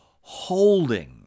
holding